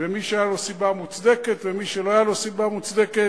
ומי שהיתה לו סיבה מוצדקת ומי שלא היתה לו סיבה מוצדקת.